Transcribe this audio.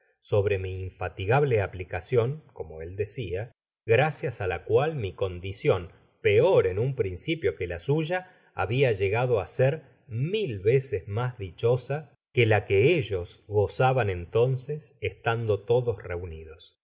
sobre mi infatigable aplicacion como él decia gracias á la cual mi condicion peor en un principio queria suya habia llegado á ser mil veces mas dichosa que la que ellos gozaban entonces estando todos reunidos